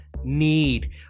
need